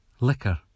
Liquor